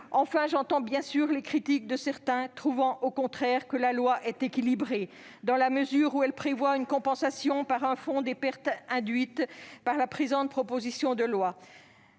Enfin, j'entends, bien sûr, les critiques de certains qui trouvent, au contraire, que la loi est équilibrée, dans la mesure où elle prévoit une compensation par un fonds pour les pertes induites par la présente proposition de loi.